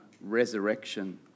resurrection